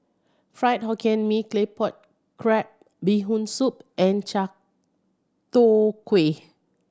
Fried Hokkien Mee Claypot Crab Bee Hoon Soup and chai tow kway